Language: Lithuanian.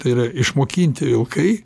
tai yra išmokinti vilkai